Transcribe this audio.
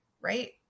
right